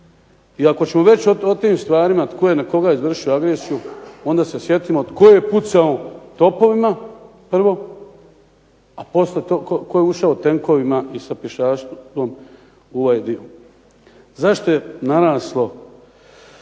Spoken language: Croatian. I ako ćemo već o tim stvarima tko je na koga izvršio agresiju onda se sjetimo tko je pucao topovima prvo, a poslije toga tko je ušao tenkovima i sa pješaštvom u ovaj dio. Zašto je naraslo